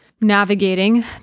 navigating